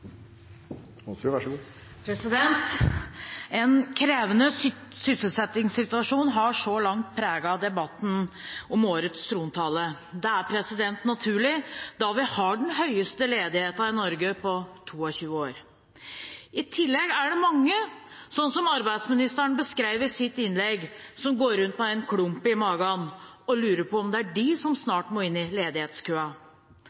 sysselsettingssituasjon har så langt preget debatten om årets trontale. Det er naturlig, da vi har den høyeste ledigheten i Norge på 22 år. I tillegg er det mange, slik arbeidsministeren beskrev i sitt innlegg, som går rundt med en klump i magen og lurer på om det er de som snart må inn i ledighetskøen.